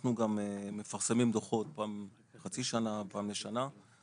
אנחנו גם מפרסמים דוחות פעם בחצי שנה ופעם בשנה.